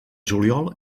juliol